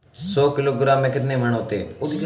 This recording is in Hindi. सौ किलोग्राम में कितने मण होते हैं?